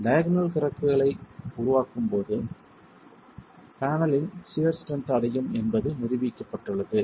diagonal கிராக்குகள் உருவாகும்போது பேனலின் சியர் ஸ்ட்ரென்த் அடையும் என்பது நிரூபிக்கப்பட்டுள்ளது